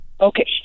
Okay